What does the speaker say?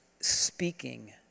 speaking